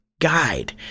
guide